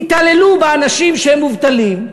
התעללו באנשים שהם מובטלים,